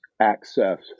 access